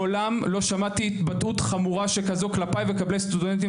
מעולם לא שמעתי התבטאות חמורה שכזו כלפיי וכלפי סטודנטים